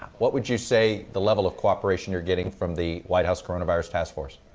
what would you say the level of cooperation you're getting from the white house coronavirus task force